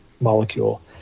molecule